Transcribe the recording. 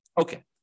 Okay